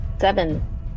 Seven